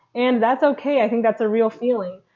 and that's okay. i think that's a real feeling,